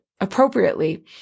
appropriately